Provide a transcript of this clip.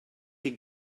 chi